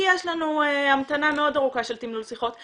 יש לנו המתנה מאוד ארוכה של תמלול שיחות.